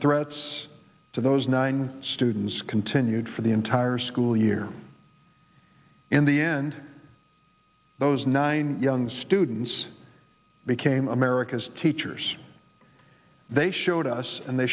threats to those nine students continued for the entire school year in the end those nine young students became america's teachers they showed us and they